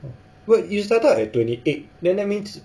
what you started out at twenty eight then that means